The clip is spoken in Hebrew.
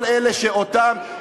כל אלה שאותם,